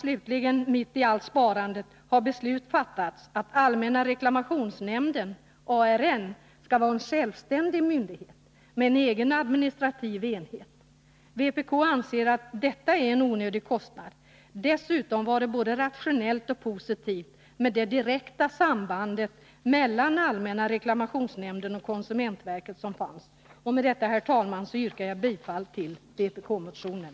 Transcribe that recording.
Slutligen, mitt i allt sparandet, har beslut fattats att allmänna reklamationsnämnden, ARN, skall vara en självständig myndighet med en egen administrativ enhet. Vpk anser att detta är en onödig kostnad. Dessutom var det både rationellt och positivt med det direkta sambandet mellan allmänna reklamationsnämnden och konsumentverket. Med detta, herr talman, yrkar jag bifall till vpk-motionen.